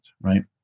Right